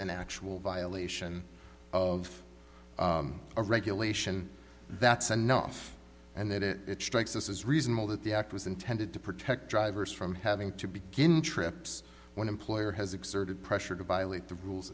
an actual violation of a regulation that's enough and that it strikes us as reasonable that the act was intended to protect drivers from having to begin trips when employer has exerted pressure to violate the rules